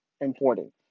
important